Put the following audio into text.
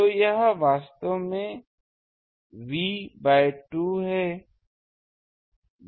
तो यह वास्तव में वी बाय 2 है